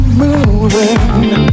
moving